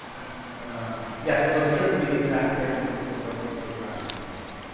and um yes, although the trip would be the exact same for whether you're whether you're driving or whether you're in it.